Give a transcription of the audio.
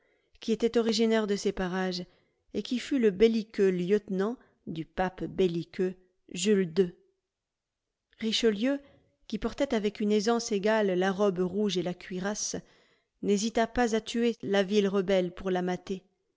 qui était originaire de ces parages et qui fut le belliqueux lieutenant du pape belliqueux jules ii richelieu qui portait avec une aisance égale la robe rouge et la cuirasse n'hésita pas à tuer la ville rebelle pour la mater